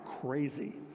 crazy